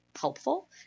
helpful